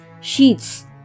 sheets